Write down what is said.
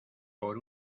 por